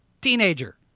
teenager